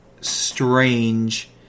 strange